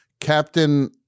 Captain